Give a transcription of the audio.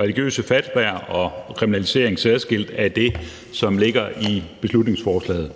religiøse fatwaer og særskilt kriminalisering af det, som er det, der ligger i beslutningsforslaget.